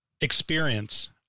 Experience